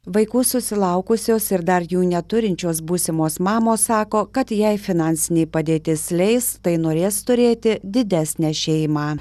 vaikų susilaukusios ir dar jų neturinčios būsimos mamos sako kad jei finansinė padėtis leis tai norės turėti didesnę šeimą